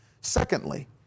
Secondly